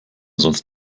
sonst